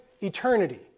eternity